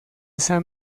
esa